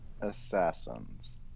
Assassins